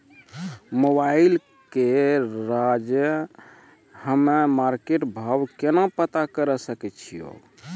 Mobile से रोजे हम्मे मार्केट भाव केना पता करे सकय छियै?